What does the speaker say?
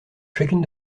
chacune